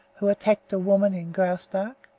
who attacked a woman in graustark.